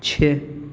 छः